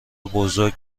بزرگ